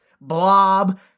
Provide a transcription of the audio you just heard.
blob